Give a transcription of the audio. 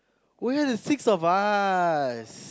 oh ya there's six of us